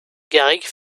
garrigues